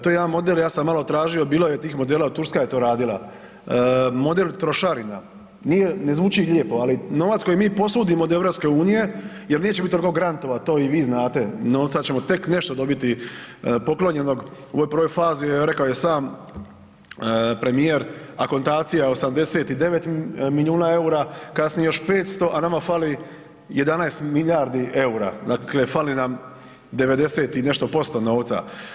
To je jedan model ja sam malo tražio bilo je tih modela, Turska je to radila, model trošarina, nije, ne zvuči lijepo, ali novac koji mi posudimo od EU jer neće biti toliko grantova to i vi znate novca ćemo tek nešto dobiti poklonjenog u ovoj prvoj fazi, rekao je sam premijer, akontacija 89 milijuna EUR-a, kasnije još 500, a nama fali 11 milijardi EUR-a, dakle fali nam 90 i nešto posto novca.